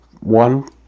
one